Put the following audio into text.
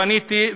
פניתי,